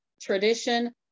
tradition